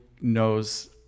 knows